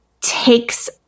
takes